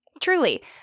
Truly